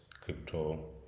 Crypto